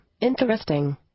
interesting